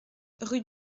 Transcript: rue